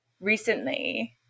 recently